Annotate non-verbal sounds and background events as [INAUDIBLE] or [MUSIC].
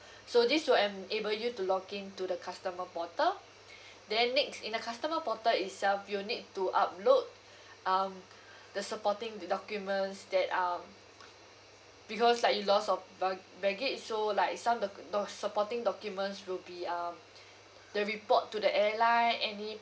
[BREATH] so this will enable you to log in to the customer portal [BREATH] then next in the customer portal itself you'll need to upload [BREATH] um [BREATH] the supporting the documents that um [BREATH] bebecause like you loss of bag baggage so like some of the the supporting documents will be um [BREATH] the report to the airline any